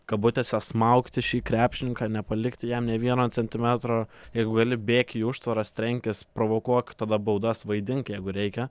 kabutėse smaugti šį krepšininką nepalikti jam nė vieno centimetro jeigu gali bėk į užtvaras trenkis provokuok tada baudas vaidink jeigu reikia